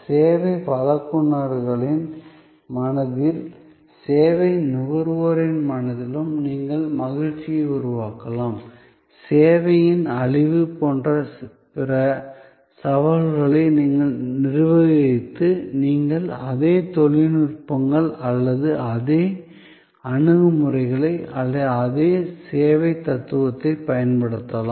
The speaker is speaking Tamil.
சேவை வழங்குநர்களின் மனதிலும் சேவை நுகர்வோரின் மனதிலும் நீங்கள் மகிழ்ச்சியை உருவாக்கலாம் சேவையின் அழிவு போன்ற பிற சவால்களை நிர்வகிக்க நீங்கள் அதே நுட்பங்கள் அல்லது அதே அணுகுமுறைகள் அல்லது அதே சேவை தத்துவத்தையும் பயன்படுத்தலாம்